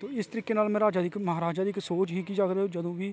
ते इस तरीके नाल महाराजा दी इक सोच ही कि जंदू बी